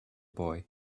boy